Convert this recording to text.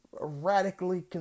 radically